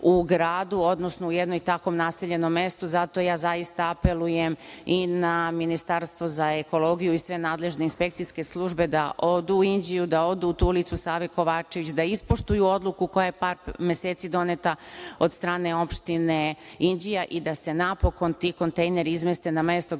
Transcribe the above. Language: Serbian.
u gradu, odnosno u jednom takvom naseljenom mestu. Zato, ja zaista apelujem i na Ministarstvo za ekologiju i sve nadležne inspekcijske službe da odu u Inđiju, da odu u tu ulicu Save Kovačevića, da ispoštuju odluku koja je pre par meseci doneta od strane opštine Inđija i da se napokon ti kontejneri izmeste na mesto